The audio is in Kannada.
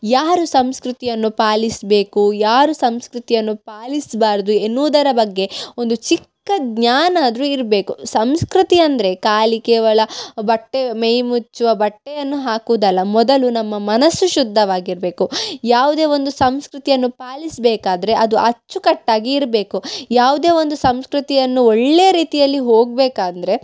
ಯಾರು ಸಂಸ್ಕೃತಿಯನ್ನು ಪಾಲಿಸಬೇಕು ಯಾರು ಸಂಸ್ಕೃತಿಯನ್ನು ಪಾಲಿಸಬಾರ್ದು ಎನ್ನುವುದರ ಬಗ್ಗೆ ಒಂದು ಚಿಕ್ಕ ಜ್ಞಾನ ಆದರೂ ಇರಬೇಕು ಸಂಸ್ಕೃತಿ ಅಂದರೆ ಖಾಲಿ ಕೇವಲ ಬಟ್ಟೆ ಮೈ ಮುಚ್ಚುವ ಬಟ್ಟೆಯನ್ನು ಹಾಕುವುದಲ್ಲ ಮೊದಲು ನಮ್ಮ ಮನಸ್ಸು ಶುದ್ದವಾಗಿರಬೇಕು ಯಾವುದೇ ಒಂದು ಸಂಸ್ಕೃತಿಯನ್ನು ಪಾಲಿಸಬೇಕಾದ್ರೆ ಅದು ಅಚ್ಚುಕಟ್ಟಾಗಿ ಇರಬೇಕು ಯಾವುದೇ ಒಂದು ಸಂಸ್ಕೃತಿಯನ್ನು ಒಳ್ಳೆಯ ರೀತಿಯಲ್ಲಿ ಹೋಗಬೇಕಂದ್ರೆ